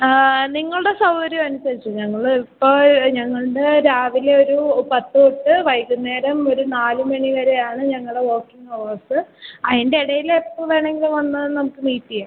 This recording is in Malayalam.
നിങ്ങളുടെ സൗകര്യം അനുസരിച്ച് ഞങ്ങൾ ഇപ്പോൾ ഞങ്ങളുടെ രാവിലെ ഒരു പത്ത് തൊട്ട് വൈകുന്നേരം ഒരു നാല് മണി വരെയാണ് ഞങ്ങളുടെ വർക്കിംഗ് ഹവേഴ്സ് അതിൻ്റെ ഇടയിൽ എപ്പം വേണമെങ്കിലും വന്നാൽ നമുക്ക് മീറ്റ് ചെയ്യാം